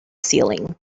ceiling